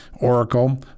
Oracle